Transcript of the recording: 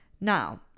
Now